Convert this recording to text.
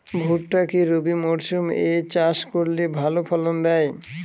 ভুট্টা কি রবি মরসুম এ চাষ করলে ভালো ফলন দেয়?